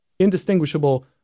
indistinguishable